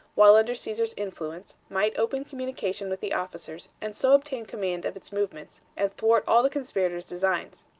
while under caesar's influence, might open communication with the officers, and so obtain command of its movements, and thwart all the conspirators' designs.